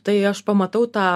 tai aš pamatau tą